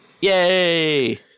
Yay